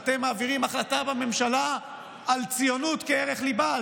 אתם מעבירים החלטה בממשלה על ציונות כערך ליבה.